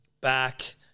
Back